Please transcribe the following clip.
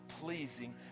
pleasing